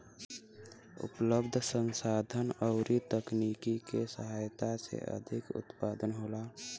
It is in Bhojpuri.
उपलब्ध संसाधन अउरी तकनीकी के सहायता से अधिका उत्पादन होला